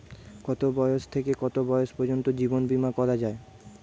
কতো বয়স থেকে কত বয়স পর্যন্ত জীবন বিমা করা যায়?